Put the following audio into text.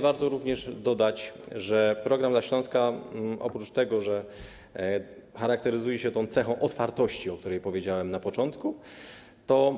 Warto również dodać, że program dla Śląska oprócz tego, że cechuje się otwartością, o której powiedziałem na początku,